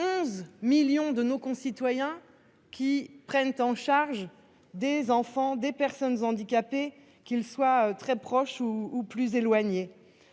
11 millions de nos concitoyens prennent en charge des enfants et des personnes handicapées, qu'ils soient très proches ou plus éloignés.